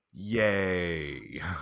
Yay